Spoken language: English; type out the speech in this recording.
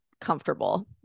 comfortable